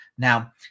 Now